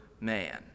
man